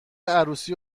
عروسی